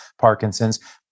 Parkinson's